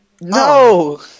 No